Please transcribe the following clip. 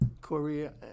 Korea